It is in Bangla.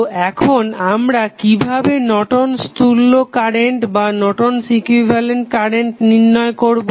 তো এখন আমরা কিভাবে নর্টন'স তুল্য কারেন্ট Nortons equivalent current নির্ণয় করবো